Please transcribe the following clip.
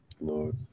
Lord